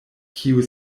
kiuj